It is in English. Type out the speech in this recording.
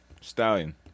Stallion